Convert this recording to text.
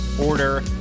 order